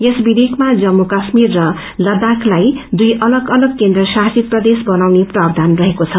यस विवेयकमा लम्पू काश्मीर र लद्दाख लाई दुई अलग अलग केन्द्र शासित प्रदेश गनाउने प्रावधान रहेको छ